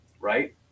right